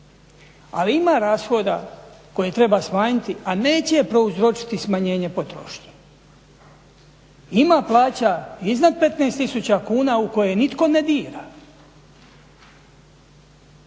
Ali ima rashoda koje treba smanjiti, a neće prouzročiti smanjenje potrošnje. Ima plaća iznad 15000 kuna u koje nitko ne dira.